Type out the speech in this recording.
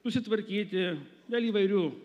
susitvarkyti dėl įvairių